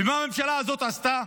ומה הממשלה הזאת עשתה?